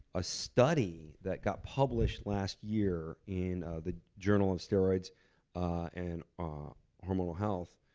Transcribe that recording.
a study that got published last year in the journal of steroids ah and ah hormonal health